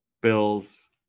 Bills